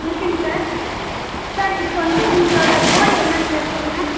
இருக்குங்க sir sir இப்போ வந்து உங்களோட கோல் என்னங்க சார் சொல்லுங்கள்